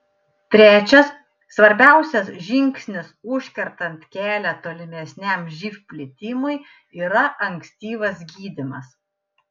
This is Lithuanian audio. trečias svarbiausias žingsnis užkertant kelią tolimesniam živ plitimui yra ankstyvas gydymas